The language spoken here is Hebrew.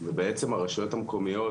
ובעצם הרשויות המקומיות